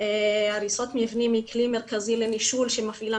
הריסות מבנים היא כלי מרכזי לנישול שמפעילה